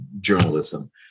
journalism